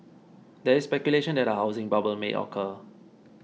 there is speculation that a housing bubble may occur